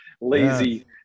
lazy